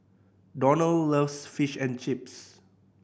Donnell loves Fish and Chips